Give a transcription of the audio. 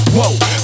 Whoa